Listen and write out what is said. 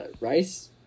Rice